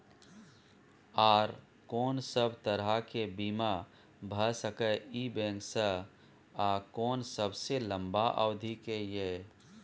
आर कोन सब तरह के बीमा भ सके इ बैंक स आ कोन सबसे लंबा अवधि के ये?